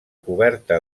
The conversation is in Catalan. coberta